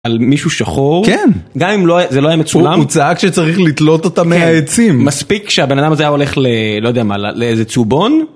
על מישהו שחור כן גם אם זה לא היה מצולם הוא צעק שצריך לתלות אותה מהעצים מספיק שהבן אדם הזה הולך לא יודע מה לאיזה צהובון.